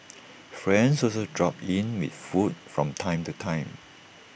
friends also drop in with food from time to time